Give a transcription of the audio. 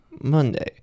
Monday